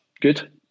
Good